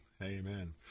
Amen